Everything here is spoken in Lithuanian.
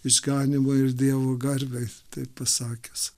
išganymą ir dievo garbę taip pasakius